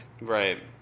Right